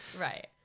right